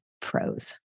Pros